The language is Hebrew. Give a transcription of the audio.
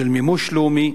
של מימוש לאומי,